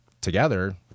together